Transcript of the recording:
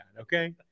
okay